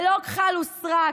ללא כחל ושרק,